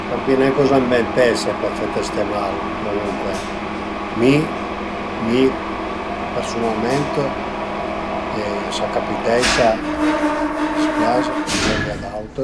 A san pi nen coza ënventese për fete ste mal comuncue mi mi persunalment s'a capiteisa la mangiu nen, a m'dispias mengerìa d'aut,